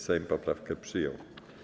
Sejm poprawkę przyjął.